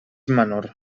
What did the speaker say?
menor